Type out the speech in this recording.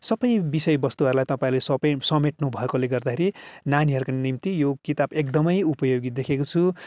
सबै विषयवस्तुहरूलाई तपाईँहरूले सपे समेट्नु भएकोले गर्दाखेरि नानीहरूको निम्ति यो किताब एकदमै उपयोगी देखेको छु